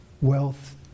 wealth